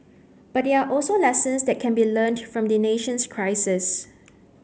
but there are also lessons that can be learnt from the nation's crisis